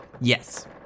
Yes